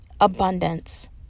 abundance